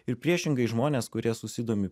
ir priešingai žmonės kurie susidomi